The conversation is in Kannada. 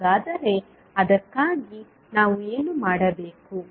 ಹಾಗಾದರೆ ಅದಕ್ಕಾಗಿ ನಾವು ಏನು ಮಾಡಬೇಕು